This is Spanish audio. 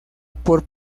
por